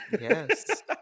Yes